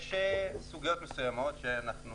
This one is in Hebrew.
יש סוגיות מסוימות שאנחנו